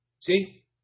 See